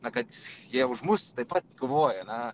va kad jie už mus taip pat kovoja na